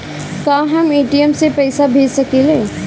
का हम ए.टी.एम से पइसा भेज सकी ले?